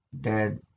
Dad